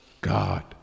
God